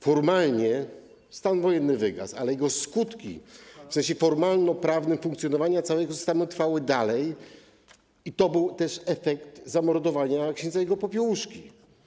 Formalnie stan wojenny wygasł, ale jego skutki w sensie formalnoprawnym, funkcjonowania całego systemu, trwały dalej i to był też efekt zamordowania ks. Jerzego Popiełuszki.